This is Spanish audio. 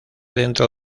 dentro